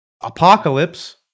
Apocalypse